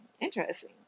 interesting